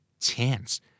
Chance